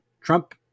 Trump